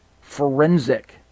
forensic